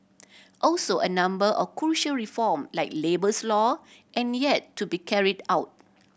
also a number of crucial reform like labours law and yet to be carried out